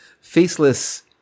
faceless